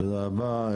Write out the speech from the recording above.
תודה רבה.